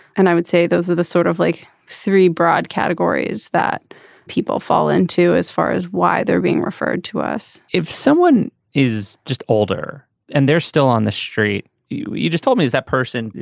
and i would say those are the sort of like three broad categories that people fall in too as far as why they're being referred to us if someone is just older and they're still on the street you you just told me is that person.